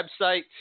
website